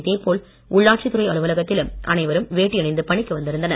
இதே போல உள்ளாட்சித்துறை அலுவலகத்திலும் அனைவரும் வேட்டி அணிந்து பணிக்கு வந்திருந்தனர்